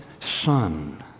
son